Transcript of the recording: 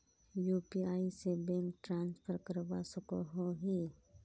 UPI से bank transfer करवा सकोहो ही?